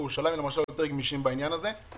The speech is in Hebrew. בירושלים יותר גמישים בעניין הזה.